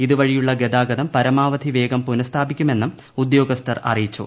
ഇതുവഴിയുള്ള ഗതാഗതം പരമാവധി വേഗം പുനഃസ്ഥാപിക്കുമെന്നും ഉദ്യോഗസ്ഥർ അറിയിച്ചു